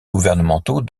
gouvernementaux